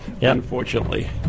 unfortunately